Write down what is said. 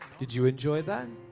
did you enjoy that?